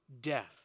death